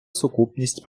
сукупність